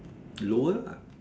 lower lah